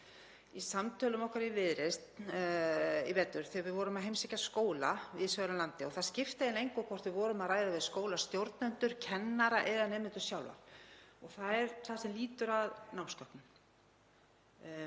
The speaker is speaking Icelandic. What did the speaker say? í samtölum okkar í Viðreisn í vetur þegar við vorum að heimsækja skóla víðs vegar um landið og það skipti engu hvort við vorum að ræða við skólastjórnendur, kennara eða nemendur sjálfa. Það er það sem lýtur að námsgögnum.